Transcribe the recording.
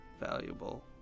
valuable